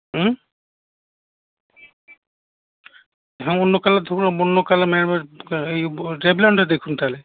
হুম হ্যাঁ অন্য কালার ধরুন অন্য কালার এবার এই রেভলনটাই দেখুন তাহলে